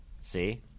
See